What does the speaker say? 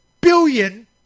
billion